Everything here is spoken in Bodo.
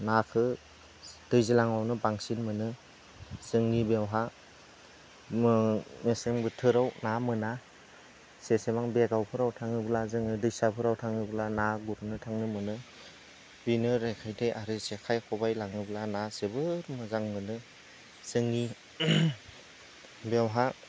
नाखो दैज्लाङावनो बांसिन मोनो जोंनि बेवहा मेसें बोथोराव ना मोना जेसेबां बे गावफोराव थाङोब्ला जोङो दैसाफोराव थाङोब्ला ना गुरनो थाङोब्ला मोनो बिनो आरो जेखाइ खबाइ लाङोब्ला ना जोबोद मोजां मोनो जोंनि बेवहाय